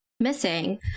Missing